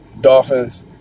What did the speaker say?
Dolphins